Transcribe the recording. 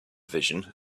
vision